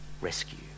rescue